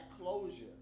closure